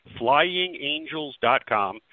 flyingangels.com